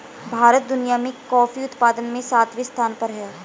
भारत दुनिया में कॉफी उत्पादन में सातवें स्थान पर है